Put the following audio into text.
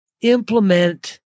implement